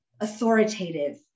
authoritative